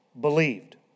believed